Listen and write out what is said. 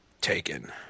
Taken